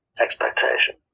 expectation